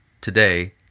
today